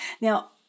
Now